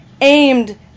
aimed